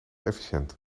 efficiënt